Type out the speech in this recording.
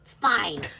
Fine